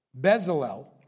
Bezalel